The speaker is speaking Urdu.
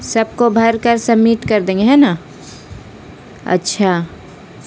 سب کو بھر کر سبمٹ کر دیں گے ہے نا اچھا